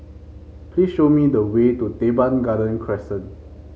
please show me the way to Teban Garden Crescent